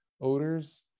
odors